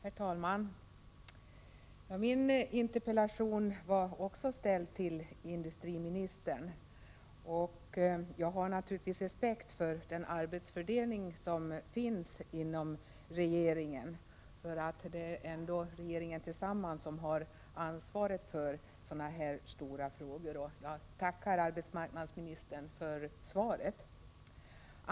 Herr talman! Min interpellation var också ställd till industriministern, men jag har naturligtvis respekt för den arbetsfördelning som finns inom regeringen. Det är ändå regeringen som helhet som har ansvaret för sådana stora frågor. Jag tackar arbetsmarknadsministern för svaret.